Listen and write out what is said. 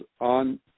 on